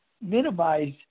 minimize